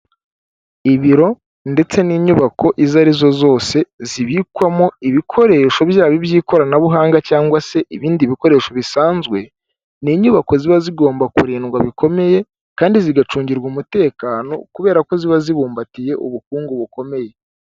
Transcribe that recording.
Ibiro ndetse n'inyubako izo arizo zose zibikwamo ibikoresho byabo iby'ikoranabuhanga cyangwa se ibindi bikoresho bisanzwe, ni inyubako ziba zigomba kurindwa bikomeye kandi zigacungirwa umutekano kubera ko ziba zibumbatiye ubukungu bukomeye.